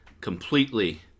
completely